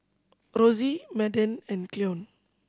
Rosy Madden and Cleon